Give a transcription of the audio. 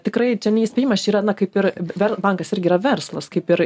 tikrai čia ne įspėjimas čia yra na kaip ir ber bankas irgi yra verslas kaip ir